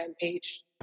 page